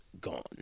gone